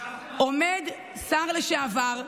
עומד שר לשעבר,